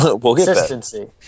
Consistency